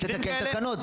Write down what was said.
תתקן תקנות,